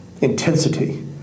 intensity